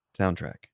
soundtrack